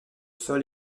sol